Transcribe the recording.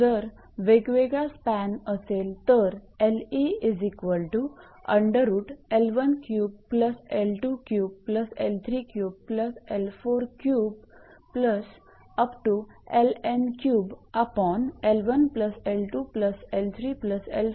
जर वेगवेगळा स्पॅन असेल तर 𝐿𝑒 असे असेल